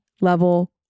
level